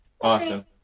Awesome